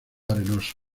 arenoso